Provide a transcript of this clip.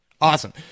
Awesome